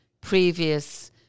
previous